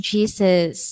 Jesus